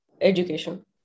education